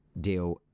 deal